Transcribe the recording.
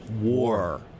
war